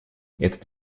этот